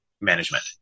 management